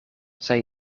zij